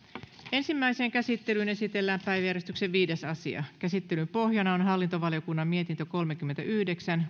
ensimmäiseen käsittelyyn esitellään päiväjärjestyksen viides asia käsittelyn pohjana on hallintovaliokunnan mietintö kolmekymmentäyhdeksän